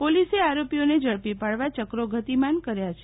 પોલીસે આરોપીઓને ઝડપી પાડવા યક્રો ગતિમાન કર્યા છે